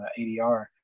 ADR